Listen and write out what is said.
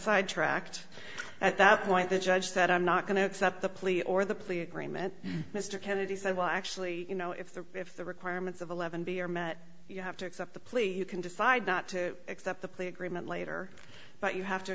sidetracked at that point the judge said i'm not going to accept the plea or the plea agreement mr kennedy said well actually you know if the if the requirements of eleven b are met you have to accept the plea you can decide not to accept the plea agreement later but you have to